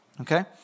okay